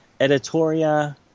Editoria